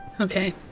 Okay